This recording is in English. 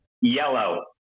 Yellow